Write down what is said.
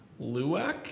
Luwak